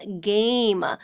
game